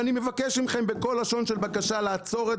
ואני מבקש מכם בכל לשון של בקשה לעצור את